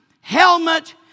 helmet